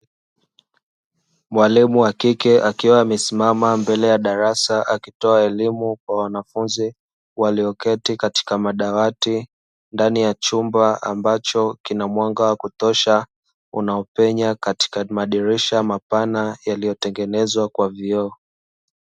Mwalimu wakike akiwa amesimama mbele ya darasa, akitoa elimu kwa wanafunzi walioketi katika madawati, ndani ya chumba ambacho kina mwanga wa kutosha, unaopenya katika madirisha mapana yaliyotengenezwa kwa vioo.